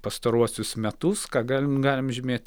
pastaruosius metus ką galim galim žymėt